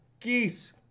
geese